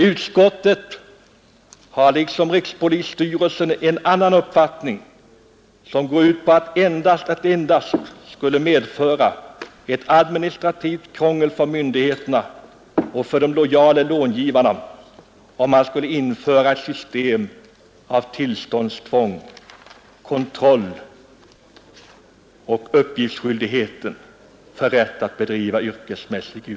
Utskottet har liksom rikspolisstyrelsen en annan uppfattning, som går ut på att det endast skulle medföra ett administrativt krångel för myndigheterna och de lojala långivarna, om man införde ett system med tillståndstvång, kontroll och uppgiftsskyldighet.